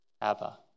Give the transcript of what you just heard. Abba